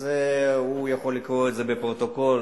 הוא יכול לקרוא את זה בפרוטוקול.